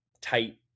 tight